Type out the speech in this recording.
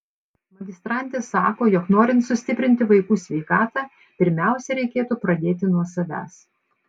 magistrantė sako jog norint sustiprinti vaikų sveikatą pirmiausia reikėtų pradėti nuo savęs